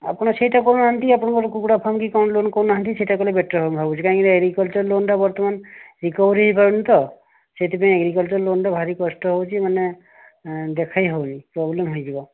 ଆପଣ ସେଇଟା କରୁନାହାନ୍ତି ଆପଣଙ୍କର କୁକୁଡ଼ା ଫାର୍ମ କି କଣ ଲୋନ କରୁନାହାନ୍ତି ସେଇଟା କଲେ ବେଟର ହେବ ମୁଁ ଭାବୁଛି କାହିଁକି ନା ଏଗ୍ରିକଲଚର ଲୋନ ଟା ବର୍ତ୍ତମାନ ରିକଭରୀ ହୋଇପାରୁନି ତ ସେଥିପାଇଁ ଏଗ୍ରିକଲଚର ଲୋନଟା ଭାରି କଷ୍ଟ ହେଉଛି ମାନେ ଦେଖେଇ ହେଉନି ପ୍ରୋବ୍ଲେମ ହୋଇଯିବ